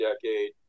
decade